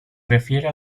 refiere